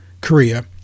Korea